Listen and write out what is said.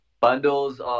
Bundles